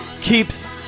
keeps